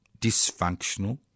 dysfunctional